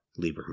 Lieberman